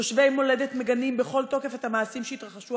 תושבי מולדת מגנים בכל תוקף את המעשים שהתרחשו